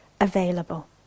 available